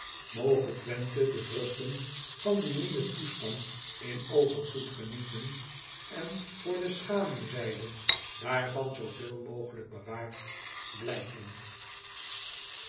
oge wenthe de vruchten van dien nieuwen toestand in overvloed genieten en voor de schaduwzijde daarvan zooveel mogelijk bewaard blijven